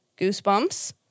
goosebumps